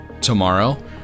Tomorrow